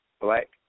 Black